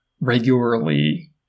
regularly